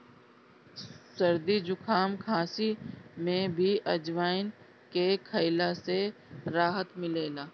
सरदी जुकाम, खासी में भी अजवाईन के खइला से राहत मिलेला